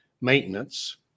maintenance